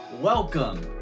welcome